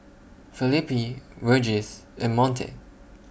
Felipe Regis and Monte